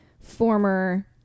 former